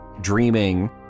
dreaming